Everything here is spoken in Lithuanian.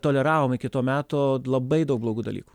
toleravom iki to meto labai daug blogų dalykų